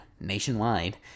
nationwide